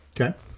Okay